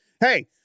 hey